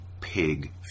Pig